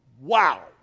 Wow